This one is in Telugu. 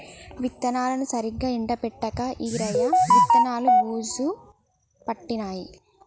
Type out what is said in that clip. విత్తనాలను సరిగా ఎండపెట్టక ఈరయ్య విత్తనాలు బూజు పట్టినాయి